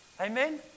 Amen